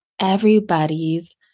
everybody's